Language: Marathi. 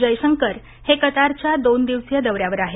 जयशंकर हे कतारच्या दोन दिवसीय दौऱ्यावर आहेत